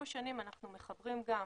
עם השנים אנחנו מחברים גם